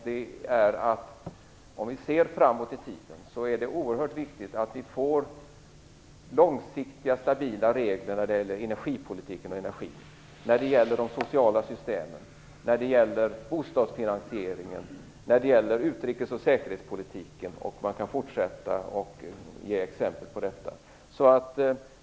Det är för framtiden oerhört viktigt att vi får långsiktigt stabila regler för energipolitiken och energin, för de sociala systemen, för bostadsfinansieringen och för utrikes och säkerhetspolitiken. Man kan också fortsätta uppräkningen av sådana exempel.